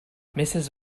mrs